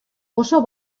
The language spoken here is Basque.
oso